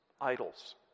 idols